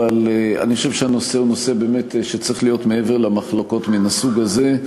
אבל אני חושב שהנושא באמת צריך להיות מעבר למחלוקות מן הסוג הזה,